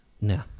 No